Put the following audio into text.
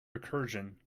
recursion